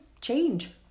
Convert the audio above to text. change